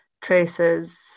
traces